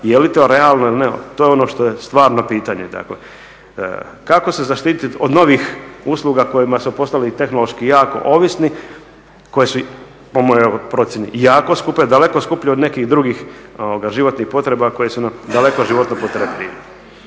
Je li to realno ili ne, to je ono što je stvarno pitanje. Kako se zaštititi od novih usluga o kojima smo postali tehnološki jako ovisni, koje su po mojoj procjeni jako skupe, daleko skuplje od nekih drugih životnih potreba koje su nam daleko potrebitije.